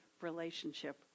relationship